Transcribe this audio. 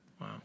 Wow